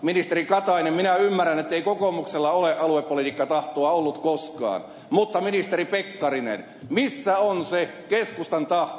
ministeri katainen minä ymmärrän ettei kokoomuksella ole aluepolitiikkatahtoa ollut koskaan mutta ministeri pekkarinen missä on se keskustan tahto